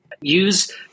use